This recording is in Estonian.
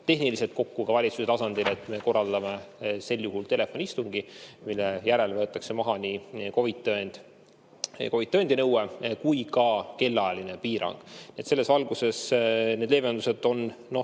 tehniliselt kokku, et me korraldame sel juhul telefoniistungi, mille järel võetakse maha nii COVID‑tõendi nõue kui ka kellaajaline piirang. Selles valguses need leevendused on, võib